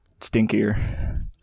stinkier